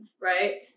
right